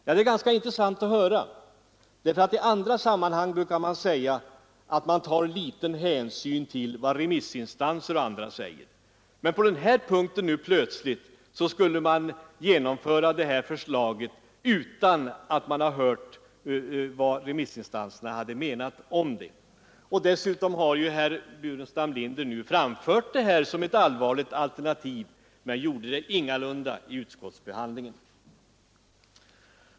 Det är intressant att höra. I andra sammanhang brukar man säga att vi tar för liten hänsyn till vad remissinstanser och andra anför. Men det här förslaget skulle man plötsligt genomföra utan att ha hört vad remissinstanserna anser om det. Detta har herr Burenstam Linder dessutom nu framfört som ett allvarligt alternativ, men det gjorde han ingalunda vid utskottsbehandlingen.